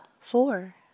four